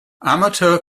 amateur